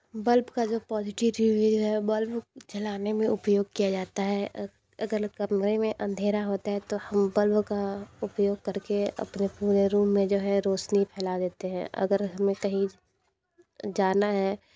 bulb का जो positive review है बल्ब जलाने में उपयोग किया जाता है अगर कमरे में अंधेरा होता है तो हम बल्ब का उपयोग करके अपने पूरे रूम में जो है रौशनी फैला देते हैं अगर हमें कहीं जाना है